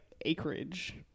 acreage